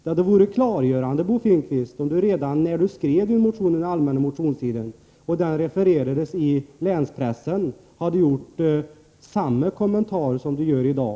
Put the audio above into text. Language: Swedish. Det hade varit klargörande om Bo Finnkvist redan när han skrev motionen under den allmänna motionstiden och fick den refererad i länspressen hade gjort samma kommentarer som han gör i dag.